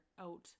out